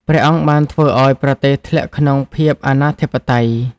ព្រះអង្គបានធ្វើឱ្យប្រទេសធ្លាក់ក្នុងភាពអនាធិបតេយ្យ។